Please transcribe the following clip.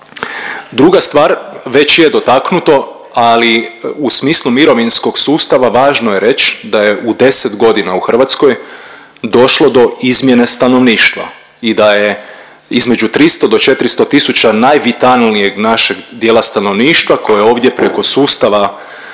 Druga stvar, već je dotaknuto, ali u smislu mirovinskog sustava važno je reć da je u 10.g. u Hrvatskoj došlo do izmjene stanovništva i da je između 300 i 400 tisuća najvitalnijeg našeg dijela stanovništva koje je ovdje preko sustava